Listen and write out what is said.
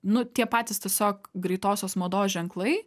nu tie patys tiesiog greitosios mados ženklai